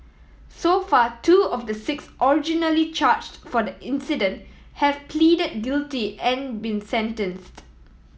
so far two of the six originally charged for the incident have pleaded guilty and been sentenced